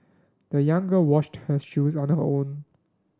the young girl washed her shoes on her own